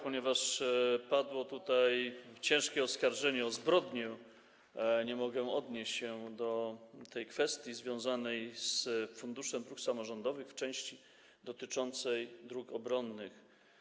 Ponieważ padło tutaj ciężkie oskarżenie o zbrodnię, nie mogę nie odnieść się do kwestii związanej z Funduszem Dróg Samorządowych w części dotyczącej dróg obronnych.